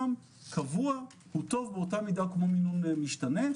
קבוע טוב באותה מידה כמו מינון משתנה,